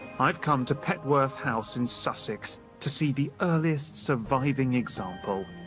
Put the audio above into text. i've come to petworth house in sussex to see the earliest surviving example.